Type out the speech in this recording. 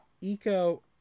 eco